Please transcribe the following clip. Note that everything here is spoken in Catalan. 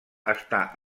està